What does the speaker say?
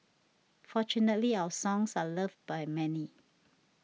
fortunately our songs are loved by many